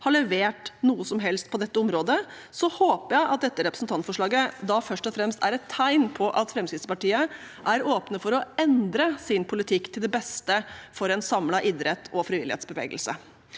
har levert noe som helst på dette området, håper jeg at dette representantforslaget først og fremst er et tegn på at Fremskrittspartiet er åpne for å endre sin politikk til det beste for en samlet idretts- og frivillighetsbevegelse,